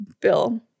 bill